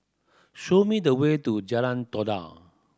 show me the way to Jalan Todak